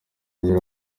azira